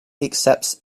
accepts